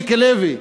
מיקי לוי.